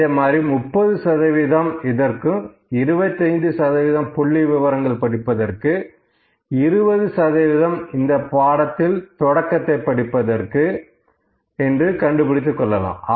இதே மாதிரி 30 சதவீதம் இதற்கு 25 சதவீதம் புள்ளி விவரங்கள் படிப்பதற்கு 20 சதவீதம் இந்த பாடத்தில் தொடக்கத்தை படிப்பதற்கு கண்டுபிடித்துக் கொள்ளலாம்